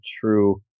true